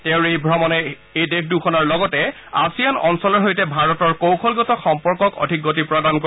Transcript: তেওঁৰ এই ভ্ৰমণে এই দেশ দুখনৰ লগতে আছিয়ান অঞ্চলৰ সৈতে ভাৰতৰ কৌশলগত সম্পৰ্কক অধিক গতি প্ৰদান কৰিব